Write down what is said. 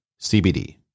CBD